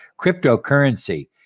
Cryptocurrency